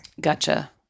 Gotcha